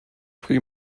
pre